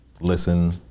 listen